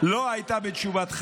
לא היה בתשובתך,